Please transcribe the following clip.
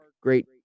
Great